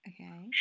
Okay